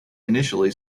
initially